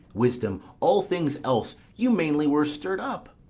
wisdom, all things else, you mainly were stirr'd up.